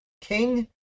King